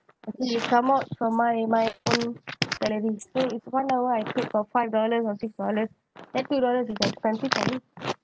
it come out from my my own salary so if one hour I paid for five dollars or six dollars then two dollars is expensive for me